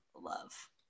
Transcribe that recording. love